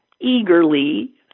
eagerly